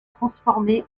transformées